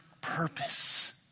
purpose